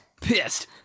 pissed